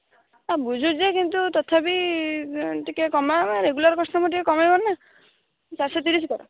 ବୁଝୁଚି ଯେ କିନ୍ତୁ ତଥାପି ଟିକିଏ କମାଅ ରେଗୁଲାର କଷ୍ଟମର୍ ଟିକିଏ କମାଇବେନିନା ଚାରିଶହ ତିରିଶ କର